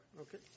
Okay